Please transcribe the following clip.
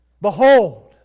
Behold